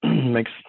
Makes